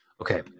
Okay